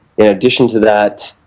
in addition to that,